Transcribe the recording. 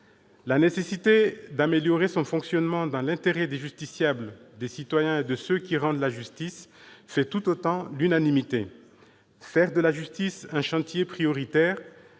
La nécessité d'améliorer son fonctionnement dans l'intérêt des justiciables, des citoyens et de ceux qui rendent la justice fait tout autant l'unanimité. Faire de la réforme de la justice un chantier prioritaire,